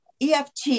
EFT